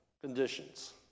conditions